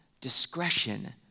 discretion